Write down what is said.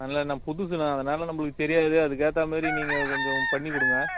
இல்லைண்ணா புதுசுண்ணா அதனால் நம்மளுக்கு தெரியாது அதுக்கேற்ற மாதிரி நீங்கள் கொஞ்சம் பண்ணி கொடுங்க